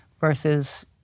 versus